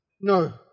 no